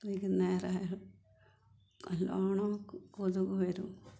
വൈകുന്നേരമായാൽ നല്ലവണ്ണം കൊതുക് വരും